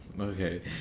Okay